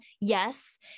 Yes